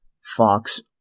Fox